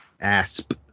ASP